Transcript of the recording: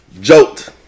joked